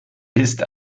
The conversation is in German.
ist